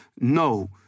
No